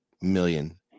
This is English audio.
million